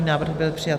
Návrh byl přijat.